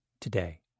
today